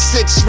Six